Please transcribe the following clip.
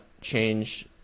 change